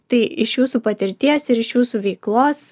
tai iš jūsų patirties ir iš jūsų veiklos